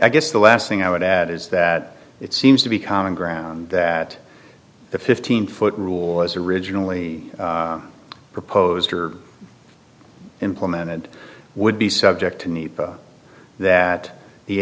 i guess the last thing i would add is that it seems to be common ground that the fifteen foot rule as originally proposed or implemented would be subject to need that the